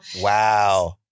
wow